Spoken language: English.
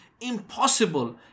impossible